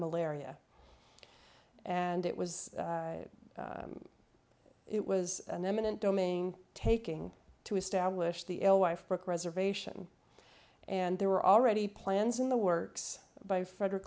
malaria and it was it was an eminent domain taking to establish the ill wife work reservation and there were already plans in the works by frederick